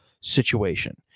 situation